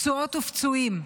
פצועות ופצועים.